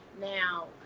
now